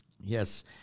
yes